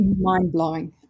mind-blowing